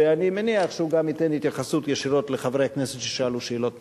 ואני מניח שהוא גם ייתן התייחסות ישירות לחברי כנסת ששאלו שאלות נוספות.